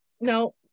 No